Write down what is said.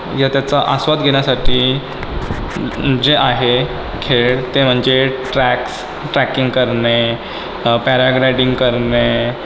या त्याचा आस्वाद घेण्यासाठी जे आहे खेळ ते म्हणजे ट्रॅक्स ट्रॅकिंग करणे पॅराग्लायडिंग करणे